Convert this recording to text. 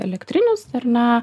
elektrinius ar ne